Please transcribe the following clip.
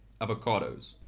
avocados